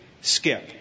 Skip